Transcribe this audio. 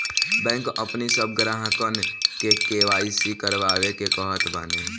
bank अपनी सब ग्राहकन के के.वाई.सी करवावे के कहत बाने